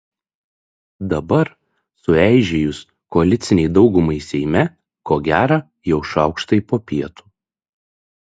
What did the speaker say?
dabar sueižėjus koalicinei daugumai seime ko gera jau šaukštai po pietų